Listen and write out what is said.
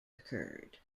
occurred